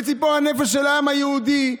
בציפור הנפש של העם היהודי,